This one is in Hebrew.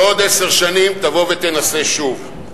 בעוד עשר שנים תבוא ותנסה שוב.